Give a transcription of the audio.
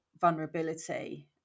vulnerability